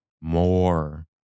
more